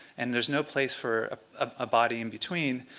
and there's no place for a ah body in between.